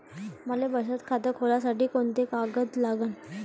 मले बचत खातं खोलासाठी कोंते कागद लागन?